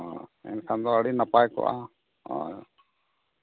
ᱮᱱᱠᱷᱟᱱ ᱫᱚ ᱟᱹᱰᱤ ᱱᱟᱯᱟᱭ ᱠᱚᱜᱼᱟ ᱦᱳᱭ